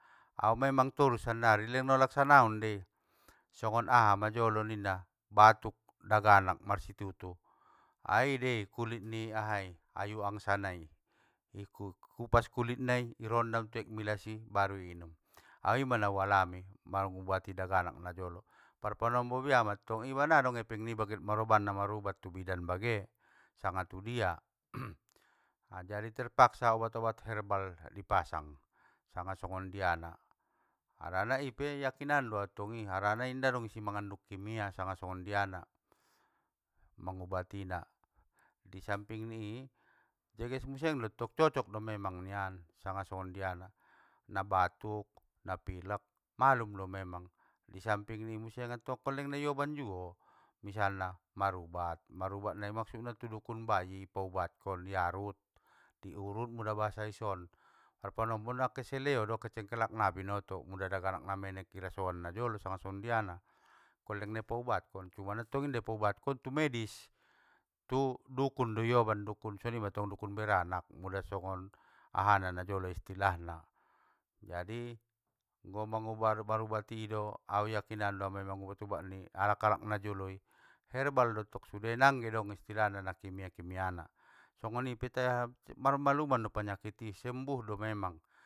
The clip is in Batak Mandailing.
Au memang torus sannari leng nau laksanaon dei, songon aha majolo ninna, batuk daganak marsitutu, aidei kulit niahai ayu angsa nai iku-ikupas ulitnai, irondam tu aek milasi, baru i inum, au ima na ualami, mangubati daganak najolo, parpanombo bia mantong iba nggadong epeng niba get maroban na marubat tu bidan bage, sanga tudia. Jadi terpaksa obat obat herbal ipasang, sanga songondiana harana ipe yakinan doau tong i, harana inda dong isi mangandung kimia sanga songondiana mangubatina, i sampingni i, deges muse dattong cocok do memang nian sanga songondiana, nabatuk napilek malum do memang, i sampingni i muse attong leng angkon nai oban juo, misalna marubat marubatt nai maksudna tu dukun bayi paubatkon i arut, diurut mula bahasa i son. Parpanombo na keseleo do kecengklak ngga binoto muda danganak na menek irasoan najolo sanga songgondiana, poleng nai paubatkon, cuman tong inda i paubatkon tu medis tu dukun doioban dukun songonimattong dukun beranak, muda songon ahana najolo istilahna. Jadi, anggo mangubati- naupaubati ido au yakinan do au i ubat ubat ni halak najoloi, herbal dottong sude, nangge dong istilahna na kimia kimia na, songoni pe tai marmaluman do panyakiti sembuh do memang.